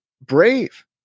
brave